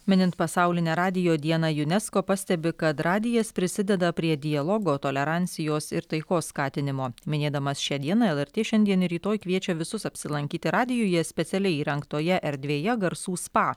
minint pasaulinę radijo dieną junesko pastebi kad radijas prisideda prie dialogo tolerancijos ir taikos skatinimo minėdamas šią dieną lrt šiandien ir rytoj kviečia visus apsilankyti radijuje specialiai įrengtoje erdvėje garsų spa